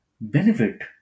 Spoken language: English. benefit